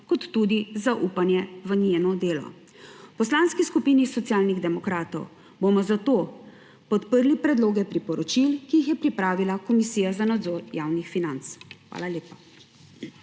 kot tudi zaupanje v njeno delo. V Poslanski skupini Socialnih demokratov bomo zato podprli predloge priporočil, ki jih je pripravila Komisija za nadzor javnih financ. Hvala lepa.